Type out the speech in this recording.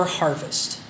harvest